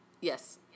Yes